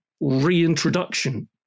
reintroduction